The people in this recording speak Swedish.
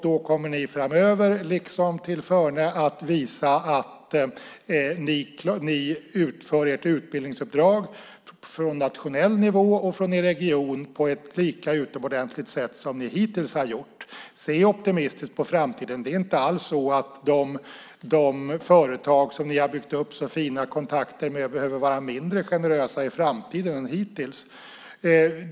Då kommer ni framöver, liksom tillförne, att visa att ni utför ett utbildningsuppdrag från nationell och regional nivå på ett lika utomordentligt sätt som ni hittills har gjort. Se optimistiskt på framtiden. Det är inte alls så att de företag som ni har byggt upp så fina kontakter med behöver vara mindre generösa i framtiden än hittills.